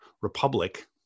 republic